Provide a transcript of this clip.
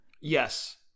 Yes